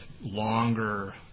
longer